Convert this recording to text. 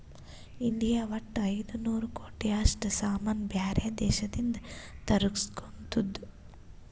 India ವಟ್ಟ ಐಯ್ದ ನೂರ್ ಕೋಟಿ ಅಷ್ಟ ಸಾಮಾನ್ ಬ್ಯಾರೆ ದೇಶದಿಂದ್ ತರುಸ್ಗೊತ್ತುದ್